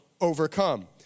overcome